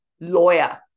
lawyer